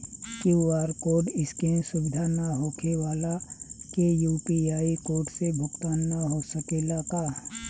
QR code scan सुविधा ना होखे वाला के यू.पी.आई कोड से भुगतान हो सकेला का?